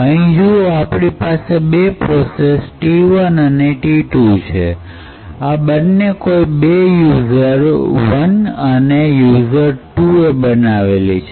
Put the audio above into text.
અહીં જુઓ આપણી પાસે બે પ્રોસેસ t ૧ અને t ૨ છે અને એ બંને કોઈ બે યુઝર વન અને યુઝર ૨ એ બનાવેલી છે